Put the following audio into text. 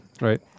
right